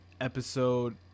Episode